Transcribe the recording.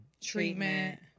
treatment